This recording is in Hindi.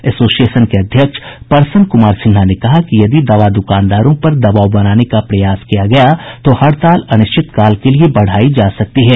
एसोसिएशन के अध्यक्ष परसन कुमार सिन्हा ने कहा कि यदि दवा द्रकानदारों पर दबाव बनाने का प्रयास किया गया तो हड़ताल अनिश्चित काल के लिए बढ़ायी जा सकती है